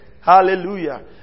Hallelujah